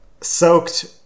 soaked